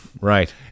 Right